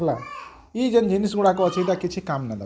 ହେଲା ଇଏ ଯେନ୍ ଜିନିଷ୍ ଗୁଡ଼ାକ ଅଛି କିଛି କାମ୍ ନାଇଁଦବା୍